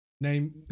name